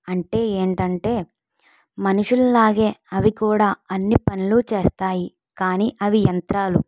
అంటే ఏంటంటే మనుషులలాగా అవి కూడా అన్ని పనులు చేస్తాయి కానీ అవి యంత్రాలు